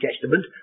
Testament